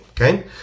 Okay